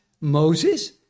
Moses